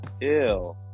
ew